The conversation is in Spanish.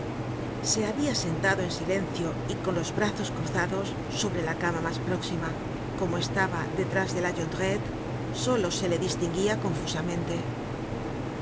se habia sentado en silencio y con los brazos cruzados sobre la cama mas próxima y como estaba detrás de la jondrette solo se le distinguia